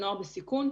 לנוער בסיכון.